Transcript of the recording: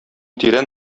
тирән